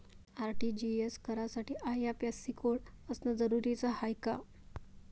RTGS करासाठी IFSC code असनं जरुरीच हाय का?